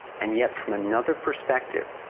and yet, from another perspective,